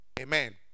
Amen